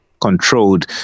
controlled